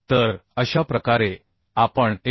तर अशा प्रकारे आपण Avg